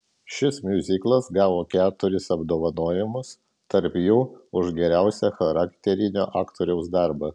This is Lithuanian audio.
šis miuziklas gavo keturis apdovanojimus tarp jų už geriausią charakterinio aktoriaus darbą